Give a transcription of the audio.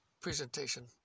presentation